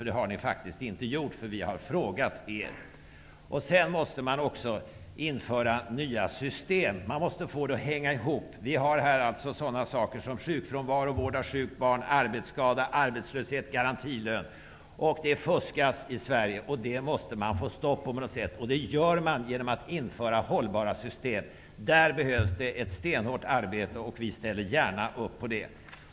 Vi vet att man inte gjort det, för vi har frågat. Sedan måste man införa nya system. Man måste få det hela att hänga ihop. Vi har tagit upp några saker, t.ex. sjukfrånvaro, vård av sjukt barn, arbetsskadeersättning, garantilön. Det fuskas i Sverige. Man måste få stopp på det. Det kan man få genom att införa hållbara system. Där behövs ett stenhårt arbete. Vi ställer gärna upp på det.